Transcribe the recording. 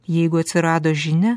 jeigu atsirado žinia